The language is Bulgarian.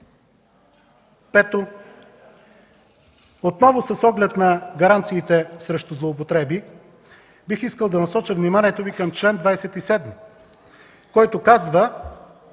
Пето, отново с оглед на гаранциите срещу злоупотреби, бих искал да насоча вниманието Ви върху чл. 27, който дава